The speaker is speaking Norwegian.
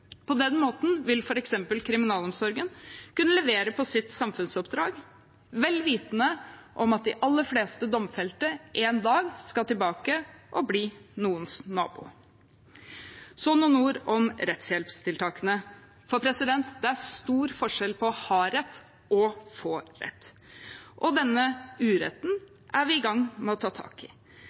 På den måten vil f.eks. kriminalomsorgen kunne levere på sitt samfunnsoppdrag – vel vitende om at de aller fleste domfelte en dag skal tilbake og bli noens nabo. Så noen ord om rettshjelpstiltakene: Det er stor forskjell på å ha rett og å få rett, og denne uretten er vi i gang med å ta tak i.